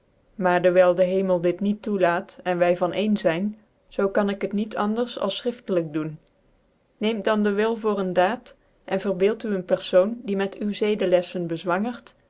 maar dcwyl den hemel dit niet toe laat cn vy van een zyn zoo kan ik het niet anders als ichriftclyk doen neemt dan de wil voor dc daad en verbeeld u een pcrfoon die met u zcdclcftcn bezwangert